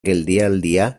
geldialdia